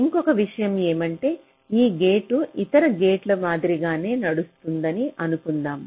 ఇంకొక విషయం ఏమంటే ఈ గేట్ ఇతర గేట్ల మాదిరిగానే నడుస్తుందని అనుకుందాం